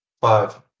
Five